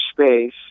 space